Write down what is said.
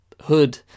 hood